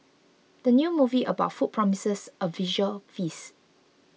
the new movie about food promises a visual feast